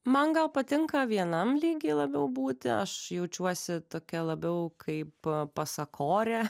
man gal patinka vienam lygy labiau būti aš jaučiuosi tokia labiau kaip pasakorė